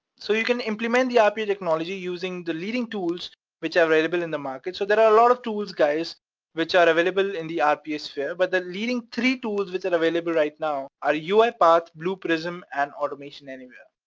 so you can implement the rpa technology using the leading tools which are available in the market. so there are a lot of tools guys which are available in the rpa sphere, but the leading three tools which are available right now are uipath, blueprism and automation anywhere,